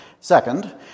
Second